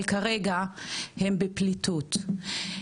אבל כרגע הם בפליטות.